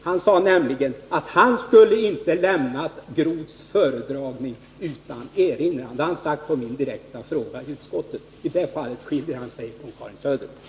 Han sade nämligen att han inte skulle ha lämnat Telub-affären efter Groths föredragning utan erinran. Det har han sagt på min direkta fråga i utskottet. I det fallet skiljer han sig från Karin Söder.